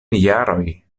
jaroj